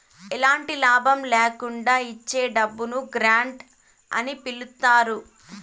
ఎలాంటి లాభం ల్యాకుండా ఇచ్చే డబ్బును గ్రాంట్ అని పిలుత్తారు